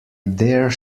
dare